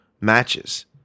matches